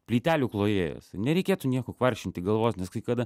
plytelių klojėjas nereikėtų nieko kvaršinti galvos nes kai kada